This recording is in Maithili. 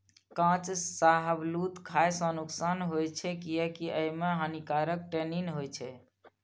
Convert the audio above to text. कांच शाहबलूत खाय सं नुकसान होइ छै, कियैकि अय मे हानिकारक टैनिन होइ छै